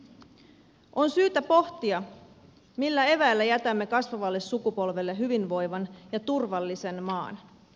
on syytä pohtia millä eväillä jätämme kasvavalle sukupolvelle hyvinvoivan ja turvallisen maan